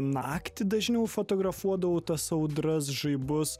naktį dažniau fotografuodavau tas audras žaibus